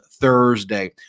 Thursday